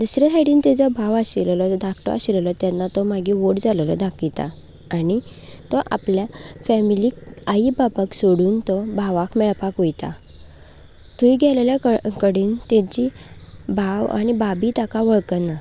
दुसरें सायडिन ताजो भाव आशिल्लो तो धाकटो आशिल्लो तेन्ना तो मागीर व्हड जाल्लो दाखयता आनी तो आपल्या फेमिलीक आई बाबाक सोडून तो भावाक मेळपाक वयता थंय गेल्ल्या कडेन ताचो भाव आनी भाबी ताका वळखना